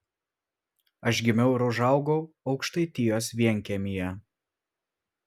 aš gimiau ir užaugau aukštaitijos vienkiemyje